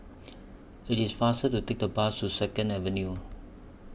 IT IS faster to Take The Bus to Second Avenue